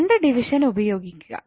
current division ഉപയോഗിക്കുക